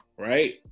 right